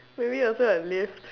maybe also a lift